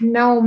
no